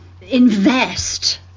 invest